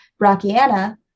brachiana